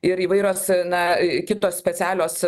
ir įvairios na kitos specialios